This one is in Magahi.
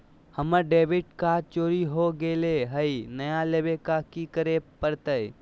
हमर डेबिट कार्ड चोरी हो गेले हई, नया लेवे ल की करे पड़तई?